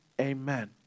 amen